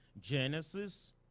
Genesis